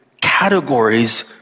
categories